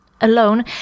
alone